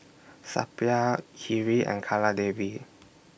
Suppiah Hri and Kaladevi